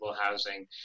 housing